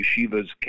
yeshiva's